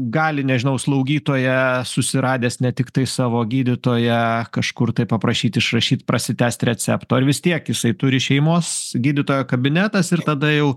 gali nežinau slaugytoją susiradęs ne tiktai savo gydytoją kažkur tai paprašyt išrašyt prasitęst recepto ar vis tiek jisai turi šeimos gydytojo kabinetas ir tada jau